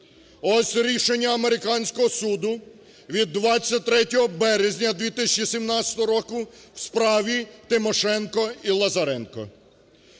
Ось рішення американського суду від 23 березня 2017 року в справі Тимошенко і Лазаренко.